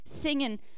singing